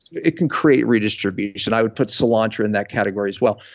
so it can create redistribution. i would put sealantro in that category as well.